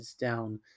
down